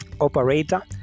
operator